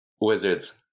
Wizards